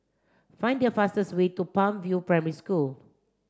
find the fastest way to Palm View Primary School